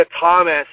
Thomas